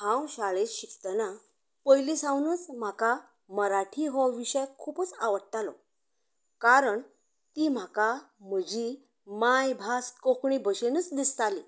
हांव शाळेंत शिकतना पयलीं सावनूच म्हाका मराठी हो विशय खुबूच आवडटालो कारण ती म्हाका म्हजी मायभास कोंकणी बशेनूच दिसताली